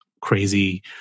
crazy